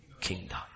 kingdom